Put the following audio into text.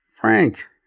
Frank